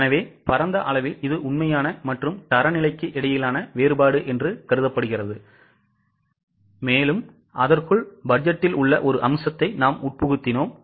எனவே பரந்த அளவில் இது உண்மையான மற்றும் தரநிலைக்கு இடையிலான வேறுபாடாகும் அதற்குள் பட்ஜெட்டில் உள்ள ஒரு அம்சத்தை நாம் உட்புகுத்தினோம்